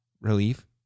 Relief